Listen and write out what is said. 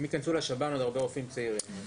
אם ייכנסו לשב"ן עוד הרבה רופאים צעירים.